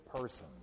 person